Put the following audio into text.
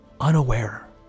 unaware